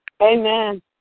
Amen